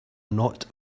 not